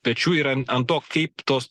pečių ir an ant to kaip tos